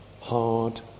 hard